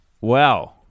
Wow